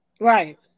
Right